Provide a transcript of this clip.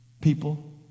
people